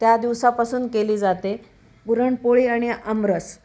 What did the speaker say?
त्या दिवसापासून केली जाते पुरणपोळी आणि अमरस